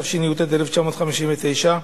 התשי"ט 1959,